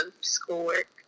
schoolwork